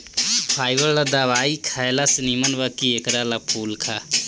fibre ला दवाई खएला से निमन बा कि एकरा ला फल फूल खा